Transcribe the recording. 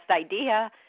idea